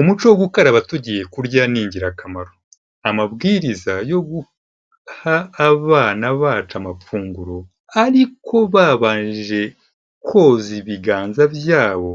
Umuco wo gukaraba tugiye kurya ni ingirakamaro. Amabwiriza yo guha abana bacu amafunguro ariko babanje koza ibiganza byabo,